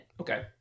Okay